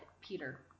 Peter